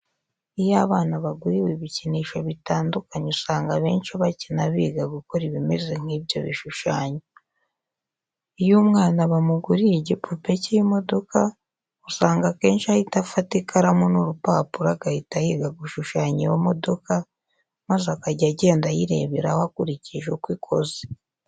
Iyo abana baguriwe ibikinisho bitandukanye usanga abenshi bakina biga gukora ibimeze nk'ibyo bishushanyo. Iyo umwana bamuguriye igipupe cy'imodoka usanga akenshi ahita afata ikaramu n'urupapuro agahita yiga gushushanya iyo modoka maze akajya agenda ayireberaho akurikije uko ikoze.